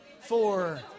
four